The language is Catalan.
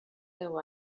deu